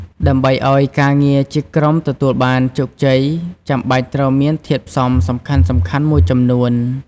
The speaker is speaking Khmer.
ដើម្បីឱ្យការងារជាក្រុមទទួលបានជោគជ័យ ចាំបាច់ត្រូវមានធាតុផ្សំសំខាន់ៗមួយចំនួន។